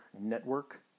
network